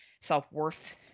self-worth